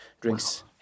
drinks